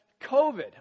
COVID